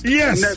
yes